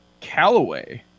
Callaway